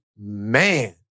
Man